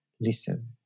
listen